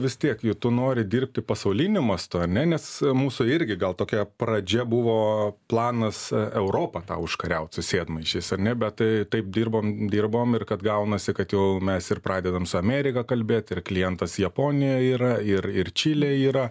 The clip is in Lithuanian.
vis tiek jei tu nori dirbti pasauliniu mastu ar ne nes mūsų irgi gal tokia pradžia buvo planas europą tą užkariaut su sėdmaišiais ar ne bet taip dirbom dirbom ir kad gaunasi kad jau mes ir pradedam su amerika kalbėt ir klientas japonijoj yra ir ir čilėj yra